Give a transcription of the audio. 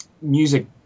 music